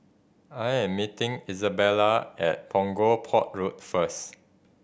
I'm meeting Izabella at Punggol Port Road first